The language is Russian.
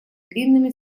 длинными